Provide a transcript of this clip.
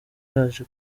yaje